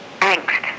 angst